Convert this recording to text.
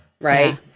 right